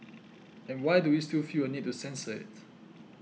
and why do we still feel a need to censor it